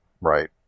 Right